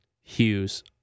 Hughes